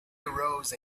arose